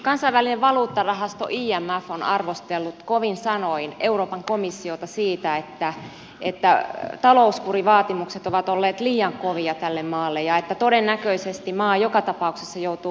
kansainvälinen valuuttarahasto imf on arvostellut kovin sanoin euroopan komissiota siitä että talouskurivaatimukset ovat olleet liian kovia tälle maalle ja että todennäköisesti maa joka tapauksessa joutuu velkasaneerauksen piiriin